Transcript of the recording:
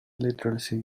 literacy